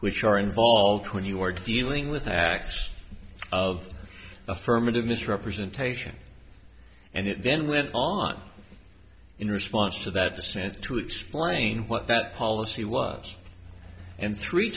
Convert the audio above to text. which are involved when you're dealing with acts of affirmative misrepresentation and then went on in response to that dissent to explain what that policy was and three